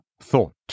thought